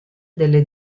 delle